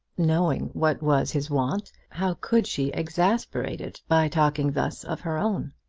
knowing what was his want, how could she exasperate it by talking thus of her own?